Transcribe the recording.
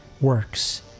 works